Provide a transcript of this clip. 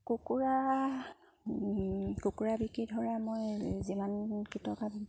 কুকুৰা কুকুৰা বিকি ধৰা মই যিমান কৃত